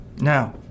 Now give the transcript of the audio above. Now